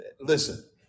listen